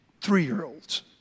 three-year-olds